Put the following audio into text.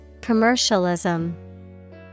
Commercialism